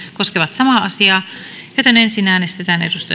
koskevat samaa määrärahaa joten ensin äänestetään